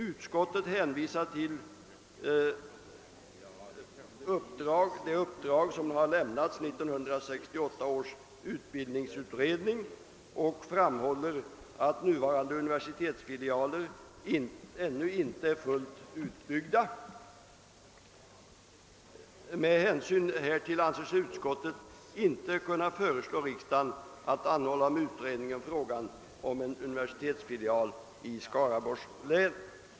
Utskottet hänvisar till det uppdrag som har lämnats 1968 års utbildningsutredning och framhåller att nuvarande universitetsfilialer ännu inte är fullt utbyggda. Med hänsyn härtill anser sig utskottet inte kunna föreslå riksdagen att anhålla om en utredning av frågan om en universitetsfilial i Skaraborgs län.